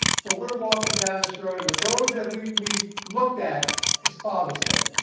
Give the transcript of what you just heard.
so we're walking down this road and the road that we've we've looked at is father's day.